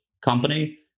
company